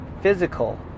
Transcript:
physical